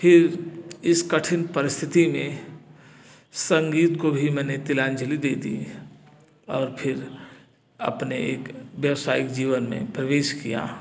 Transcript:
फिर इस कठिन परिस्थिति में संगीत को भी मैंने तिलांजली दे दी और फिर अपने एक व्यवसायिक जीवन में प्रवेश किया